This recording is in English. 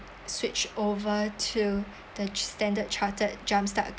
switch over to the standard chartered jumpstart